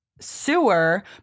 sewer